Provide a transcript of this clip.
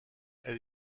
elle